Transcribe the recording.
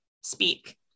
speak